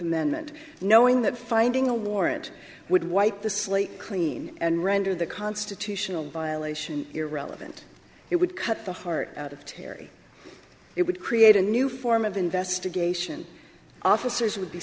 amendment knowing that finding a warrant would wipe the slate clean and render the constitutional violation irrelevant it would cut the heart out of terri it would create a new form of investigation officers would be